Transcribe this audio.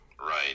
Right